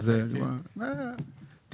אבל אני